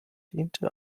diente